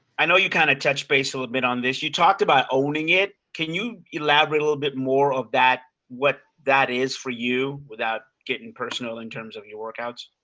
i know you kinda touched base a little bit on this. you talked about owning it. can you elaborate a little bit more of what that is for you without getting personal in terms of your workouts?